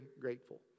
grateful